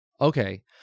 Okay